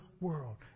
world